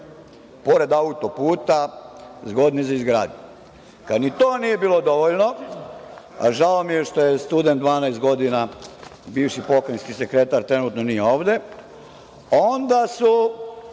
pored autoputa zgodni za izgradnju. Kad ni to nije bilo dovoljno, a žao mi je što je student 12 godina, bivši pokrajinski sekretar, trenutno nije ovde, onda su